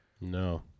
No